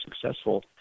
successful